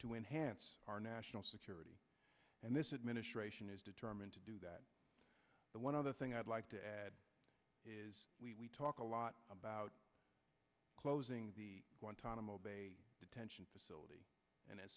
to enhance our national security and this is ministration is determined to do that but one other thing i'd like to add is we talk a lot about closing guantanamo bay detention facility and a